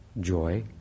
joy